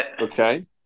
Okay